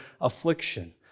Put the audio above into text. affliction